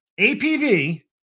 APV